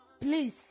please